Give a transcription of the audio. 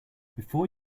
before